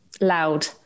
loud